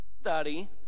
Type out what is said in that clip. study